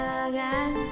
again